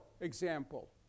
example